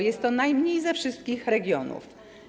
Jest to najmniej ze wszystkich regionów.